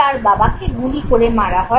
তার বাবাকে গুলি করে মারা হয়